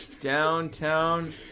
downtown